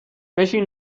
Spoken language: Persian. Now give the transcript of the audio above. بشین